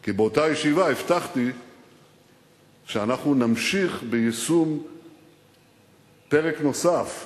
כי באותה ישיבה הבטחתי שאנחנו נמשיך ביישום פרק נוסף בדוח-טרכטנברג.